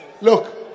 Look